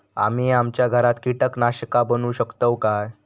आम्ही आमच्या घरात कीटकनाशका बनवू शकताव काय?